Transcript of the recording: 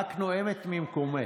רק נואמת ממקומך.